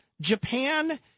Japan